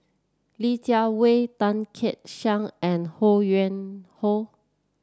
Li Jiawei Tan Kek Hiang and Ho Yuen Hoe